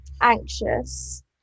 anxious